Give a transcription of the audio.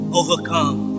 overcome